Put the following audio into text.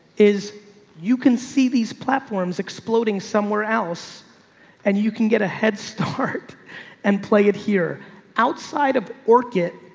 is you can see these platforms exploding somewhere else and you can get a head start and play it here outside of orchid,